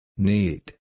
Need